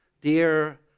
Dear